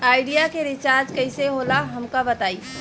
Idea के recharge कईसे होला हमका बताई?